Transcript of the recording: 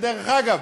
שדרך אגב,